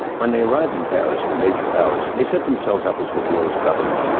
when they arrived in paris, the major powers, they set themselves up as the world's government.